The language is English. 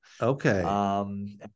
Okay